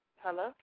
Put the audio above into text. Hello